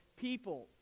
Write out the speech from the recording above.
people